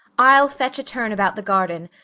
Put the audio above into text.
i'll fetch a turn about the garden,